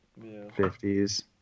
50s